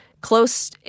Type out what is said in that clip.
close